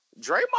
Draymond